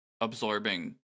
absorbing